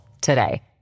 today